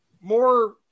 more